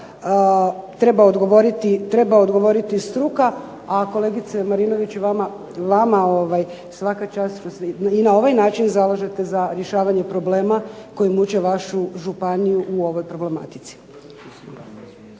treba odgovoriti struka, a kolegice Marinović vama svaka čast što se i na ovaj način zalažete za rješavanje problema koji muče vašu županiju u ovoj problematici.